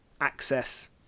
access